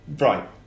Right